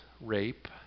rape